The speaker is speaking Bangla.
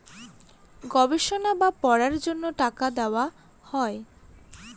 গবেষণা বা পড়ার জন্য টাকা দেওয়া হয়